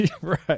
Right